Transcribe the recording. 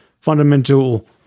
fundamental